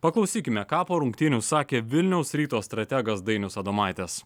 paklausykime ką po rungtynių sakė vilniaus ryto strategas dainius adomaitis